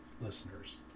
listeners